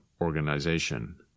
organization